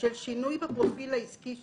של שינוי בפרופיל של הבנק,